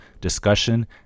discussion